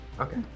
Okay